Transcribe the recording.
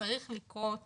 צריך לקרות